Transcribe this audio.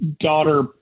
daughter